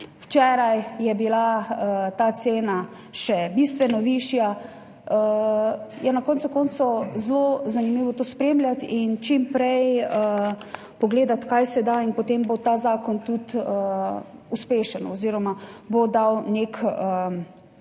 včeraj je bila ta cena še bistveno višja, je na koncu koncev zelo zanimivo to spremljati in čim prej pogledati, kaj se da in potem bo ta zakon tudi uspešen oziroma bo [izpolnil]